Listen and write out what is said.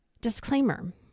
Disclaimer